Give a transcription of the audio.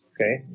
okay